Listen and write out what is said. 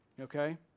okay